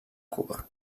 cuba